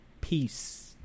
peace